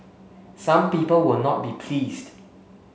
some people will not be pleased